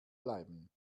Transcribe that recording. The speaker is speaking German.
bleiben